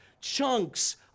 chunks